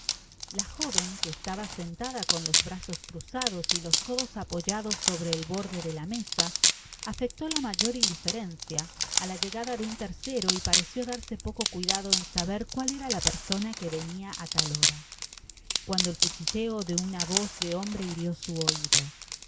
la joviín que estaba sentada con los brazos cruzados y los coitos apoyados sobre el borde de la mesa afectó la mayor indiferencia á la llegada de un tercero y pareció darse poco cuidado en saber cual era la persona que venia á tal hora cuando el cuchicheo de una voz de hombre hirió sy oido